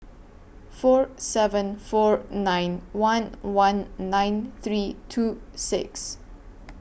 four seven four nine one one nine three two six